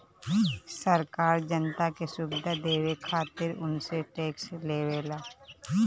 सरकार जनता के सुविधा देवे खातिर उनसे टेक्स लेवेला